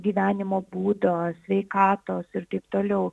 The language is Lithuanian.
gyvenimo būdo sveikatos ir taip toliau